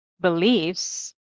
beliefs